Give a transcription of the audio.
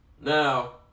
Now